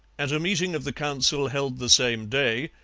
at a meeting of the council held the same day,